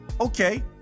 Okay